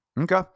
Okay